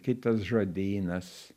kitas žodynas